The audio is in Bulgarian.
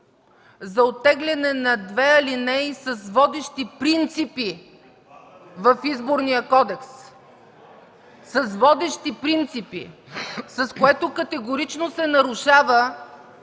за оттегляне на две алинеи с водещи принципи в Изборния кодекс. С водещи принципи, с което категорично се нарушава